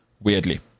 Weirdly